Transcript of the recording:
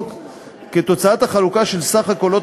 המכסה מוגדרת בחוק כתוצאת החלוקה של סך הקולות